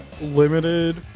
limited